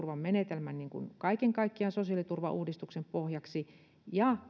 menetelmän kaiken kaikkiaan sosiaaliturvauudistuksen pohjaksi ja